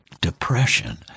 depression